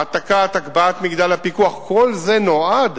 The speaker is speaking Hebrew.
העתקת, הגבהת מגדל הפיקוח, כל זה נועד